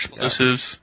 Explosives